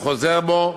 הוא חוזר בו,